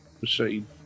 machine